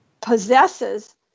possesses